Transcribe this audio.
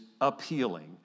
appealing